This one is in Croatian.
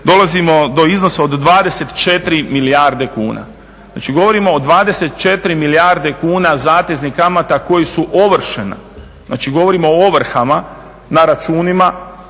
dolazimo do iznosa od 24 milijarde kuna. Znači govorimo o 24 milijarde kuna zateznih kamata koji su ovršena, znači govorimo o ovrhama na računima,